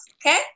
okay